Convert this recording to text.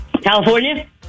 California